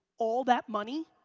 all that money,